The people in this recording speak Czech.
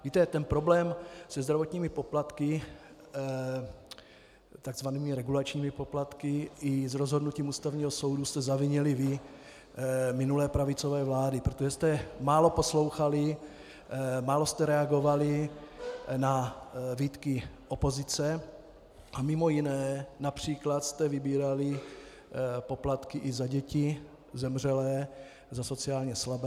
Víte, ten problém se zdravotními poplatky, tzv. regulačními poplatky, i s rozhodnutím Ústavního soudu jste zavinily vy, minulé pravicové vlády, protože jste málo poslouchaly, málo jste reagovaly na výtky opozice a mj. například jste vybíraly poplatky i za děti, zemřelé, za sociálně slabé.